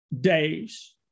days